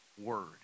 word